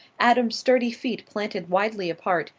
adam's sturdy feet planted widely apart,